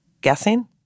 guessing